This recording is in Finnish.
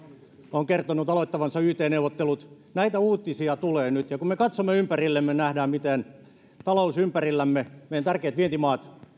on kertonut aloittavansa yt neuvottelut näitä uutisia tulee nyt ja kun me katsomme ympärillemme nähdään miten talous voi ympärillämme meidän tärkeät vientimaat